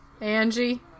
Angie